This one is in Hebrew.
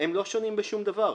הם לא שונים בשום דבר.